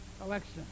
election